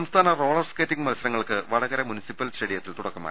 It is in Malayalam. സംസ്ഥാന റോളർ സ്കേറ്റിംഗ് മത്സരങ്ങൾക്ക് വടകര മുനിസി പ്പൽ സ്റ്റേഡിയത്തിൽ തുടക്കമായി